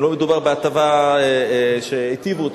אם לא מדובר בהטבה שהיטיבו אתו.